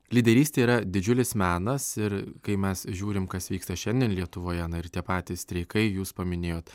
lyderystė yra didžiulis menas ir kai mes žiūrim kas vyksta šiandien lietuvoje na ir tie patys streikai jūs paminėjot